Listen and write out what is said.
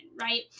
right